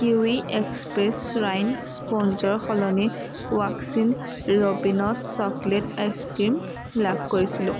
kiwi express shine স্পঞ্জৰ সলনি Baskin Robbins chocolate ice cream লাভ কৰিছিলোঁ